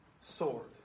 sword